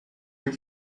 you